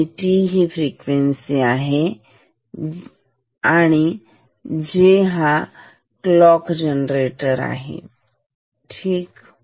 आणि f ही frequency आहे जे j हा क्लॉक जनरेटर आहे ठीक